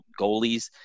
goalies